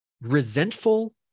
resentful